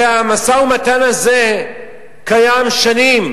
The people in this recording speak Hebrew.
הרי המשא-ומתן הזה קיים שנים.